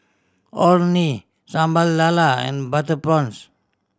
Orh Nee Sambal Lala and butter prawns